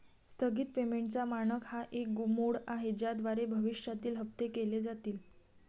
स्थगित पेमेंटचा मानक हा एक मोड आहे ज्याद्वारे भविष्यातील हप्ते केले जातील